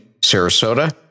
Sarasota